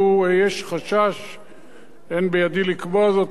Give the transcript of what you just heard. אבל יש חשש שהם לא נתנו עדויות אמת.